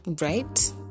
right